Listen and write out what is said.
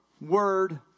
word